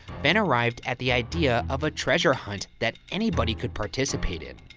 fenn arrived at the idea of a treasure hunt that anybody could participate in.